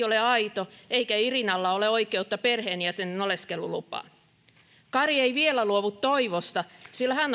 ole aito eikä irinalla ole oikeutta perheenjäsenen oleskelulupaan kari ei vielä luovu toivosta sillä hän